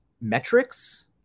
metrics